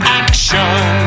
action